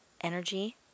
Energy